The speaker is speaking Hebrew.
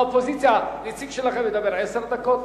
האופוזיציה, נציג שלכם מדבר עשר דקות,